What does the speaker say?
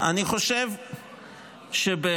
אני חושב שבהחלט,